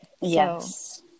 Yes